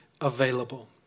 available